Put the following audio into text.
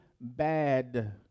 bad